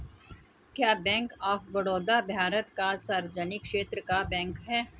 क्या bank of Baroda Bharat का सार्वजनिक क्षेत्र का बैंक है?